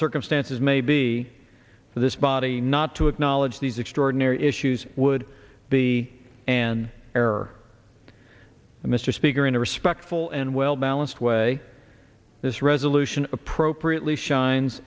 circumstances may be for this body not to acknowledge these extraordinary issues would be an error and mr speaker in a respectful and well balanced way this resolution appropriately shines